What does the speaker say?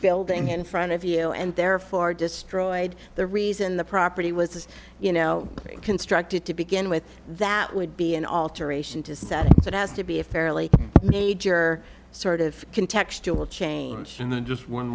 building in front of you and therefore destroyed the reason the property was as you know constructed to begin with that would be an alteration to set that has to be a fairly major sort of can textual change and then just one